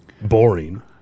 boring